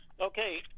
okay